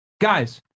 Guys